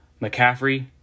McCaffrey